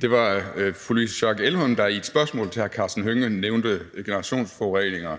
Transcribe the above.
Det var fru Louise Schack Elholm, der i et spørgsmål til hr. Karsten Hønge nævnte generationsforureningerne.